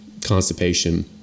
constipation